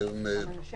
ואנשים